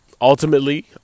Ultimately